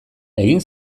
egin